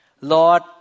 Lord